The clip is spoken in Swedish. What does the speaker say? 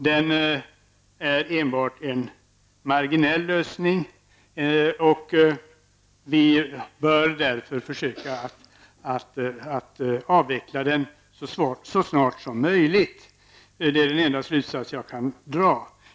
Den är enbart en marginell företeelse, och vi bör därför försöka att avveckla den så snart som möjligt. Det är den enda slutsats jag kan dra.